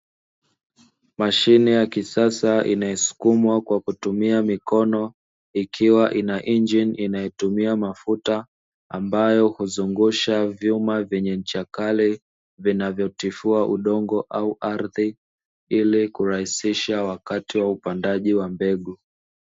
Mashine ya kisasa inayosukumwa kwa kutumia mikono, ikiwa ina injini inayotumia mafuta ambayo huzungusha vyuma vyenye ncha kali, vinavyotifua udongo au ardhi ili kurahisisha wakati wa upandaji wa mbegu.